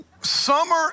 Summer